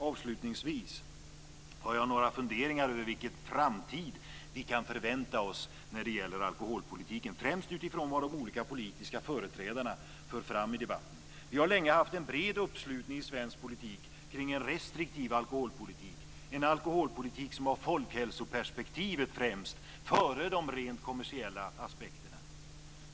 Avslutningsvis har jag några funderingar över vilken framtid vi kan förvänta oss när det gäller alkoholpolitiken - främst utifrån vad de olika politiska företrädarna för fram i debatten. Vi har länge haft en bred uppslutning i svensk politik kring en restriktiv alkoholpolitik. Det är en alkoholpolitik som har folkhälsoperspektivet främst, före de rent kommersiella aspekterna.